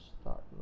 start